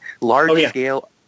large-scale